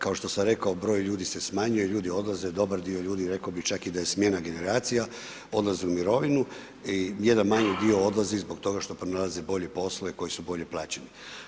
Kao što sam rekao, broj ljudi se smanjuje, ljudi odlaze, dobar dio ljudi rekao bih čak, i da je smjena generacija, odlaze u mirovinu i jedan manji dio odlazi zbog toga što pronalazi bolje poslove koji su bolje plaćeni.